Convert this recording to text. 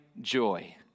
joy